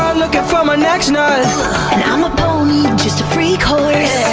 for my next nut and i'm a pony, just a freak horse,